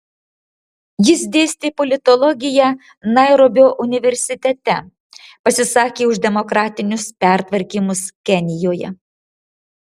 jis dėstė politologiją nairobio universitete pasisakė už demokratinius pertvarkymus kenijoje